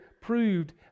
proved